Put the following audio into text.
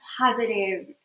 positive